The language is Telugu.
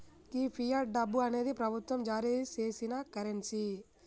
గీ ఫియట్ డబ్బు అనేది ప్రభుత్వం జారీ సేసిన కరెన్సీ